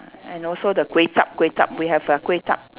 and also the kway-zhap kway-zhap we have a kway-zhap